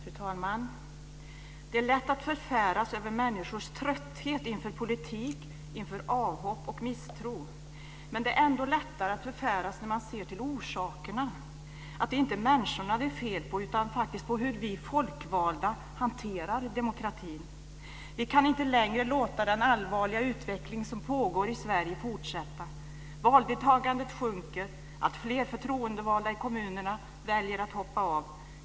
Fru talman! Det är lätt att förfäras över människors trötthet inför politik, inför avhopp och misstro. Men det är ännu lättare att förfäras när man ser till orsakerna, att det inte är människorna det är fel på, utan på hur vi folkvalda hanterar demokratin. Vi kan inte längre låta den allvarliga utveckling som pågår i Sverige fortsätta. Valdeltagandet sjunker, och alltfler förtroendevalda i kommunerna väljer att hoppa av.